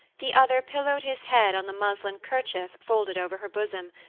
the other pillowed his head on the muslin kerchief folded over her bosom,